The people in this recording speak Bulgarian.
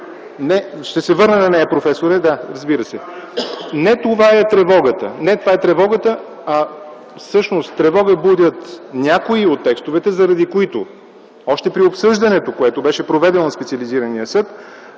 Не това е тревогата, а всъщност тревога будят някои от текстовете, заради които още при обсъждането, което беше проведено за специализирания съд,